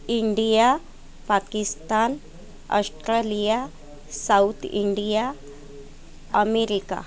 India Pakistan Australia South India America